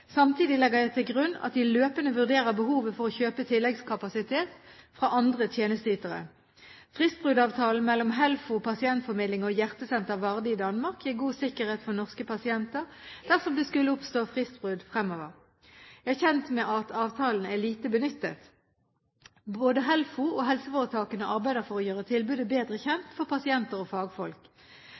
Samtidig legger jeg til grunn at de løpende vurderer behovet for å kjøpe tilleggskapasitet fra andre tjenesteytere. Fristbruddavtalen mellom HELFO Pasientformidling og HjerteCenter Varde i Danmark gir god sikkerhet for norske pasienter dersom det skulle oppstå fristbrudd fremover. Jeg er kjent med at avtalen er lite benyttet. Både HELFO og helseforetakene arbeider for å gjøre tilbudet bedre kjent for pasienter og fagfolk.